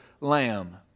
lamb